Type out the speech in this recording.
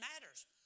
matters